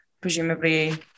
presumably